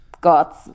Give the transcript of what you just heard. God's